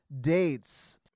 dates